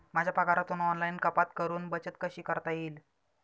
माझ्या पगारातून ऑनलाइन कपात करुन बचत कशी करता येईल?